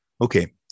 Okay